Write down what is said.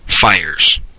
fires